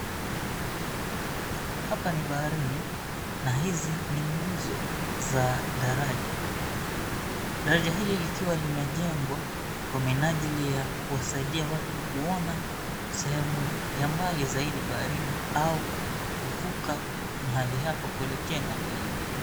Hapa ni baharini, na hizi ni nguzo za daraja. Daraja hili likiwa limejengwa, kwa minajili ya kuwasaidia watu kuona sehemu ya mbali zaidi baharini, au kuvuka mahali hapa kuelekea ng'ambo nyingine.